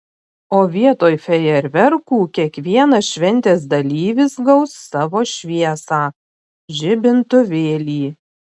o vietoj fejerverkų kiekvienas šventės dalyvis gaus savo šviesą žibintuvėlį